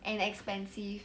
and expensive